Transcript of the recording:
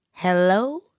Hello